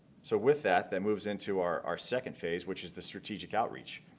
so with that that moves into our our second phase which is the strategic outreach,